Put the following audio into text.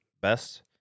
best